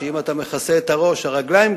שאם אתה מכסה את הראש הרגליים גלויות,